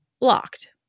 locked